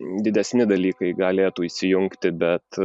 didesni dalykai galėtų įsijungti bet